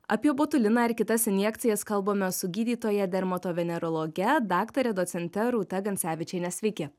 apie botuliną ir kitas injekcijas kalbamės su gydytoja dermatovenerologe daktare docente rūta gancevičiene sveiki